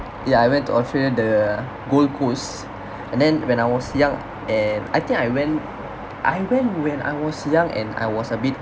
ya I went to australia the gold coast and then when I was young and I think I went I went when I was young and I was a bit